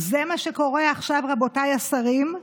זה מה שקורה עכשיו, רבותיי השרים,